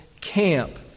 camp